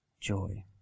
joy